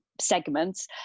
segments